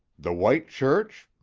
the white church?